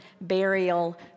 burial